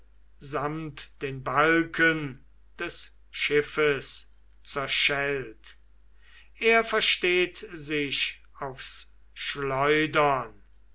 samt den balken des schiffes zerschellt er versteht sich aufs schleudern